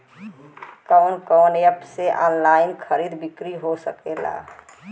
कवन कवन एप से ऑनलाइन खरीद बिक्री हो सकेला?